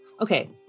Okay